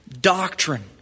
doctrine